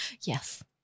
Yes